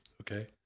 Okay